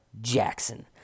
Jackson